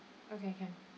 okay can